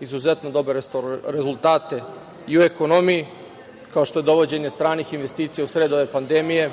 izuzetno dobre rezultate i u ekonomiji, kao što je dovođenje stranih investicija u sred ove pandemije.